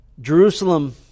Jerusalem